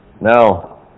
Now